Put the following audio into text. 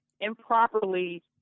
improperly